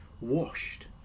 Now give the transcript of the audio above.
washed